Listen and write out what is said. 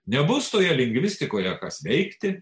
nebus toje lingvistikoje kas veikti